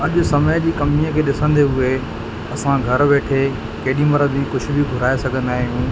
अॼ समय जी कमीअ खे ॾिसंदे हुए असां घर वेठे कॾीमहिल बि कुझ बि घुराए सघंदा आहियूं